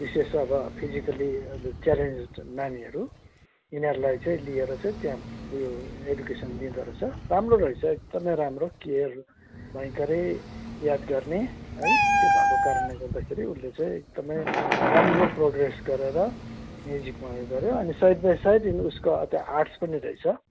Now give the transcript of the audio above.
विशेष अब physically challenged नानीहरू यिनीहरूलाई चाहिँ लिएर चाहिँ त्यहाँ ऊ यो एजुकेसन दिँदो रहेछ राम्रो रहेछ एकदमै राम्रो केयर भयङ्करै याद गर्ने है त्यो भएको कारणले गर्दाखेरि उसले चाहिँ एकदमै राम्रो प्रोग्रेस गरेर म्युजिकमा ऊ यो गऱ्यो अनि साइड बाइ साइड उसको त्यो आर्टस पनि रहेछ